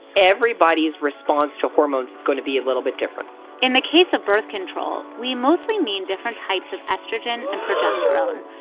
everybody's response to hormones is going to be a little bit different in the case of birth control, we mostly mean different types of estrogen and progesterone.